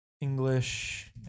English